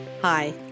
Hi